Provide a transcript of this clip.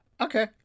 Okay